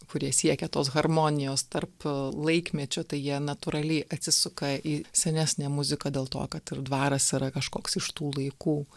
kurie siekia tos harmonijos tarp laikmečio tai jie natūraliai atsisuka į senesnę muziką dėl to kad ir dvaras yra kažkoks iš tų laikų